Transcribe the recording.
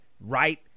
right